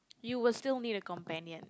you will still need a companion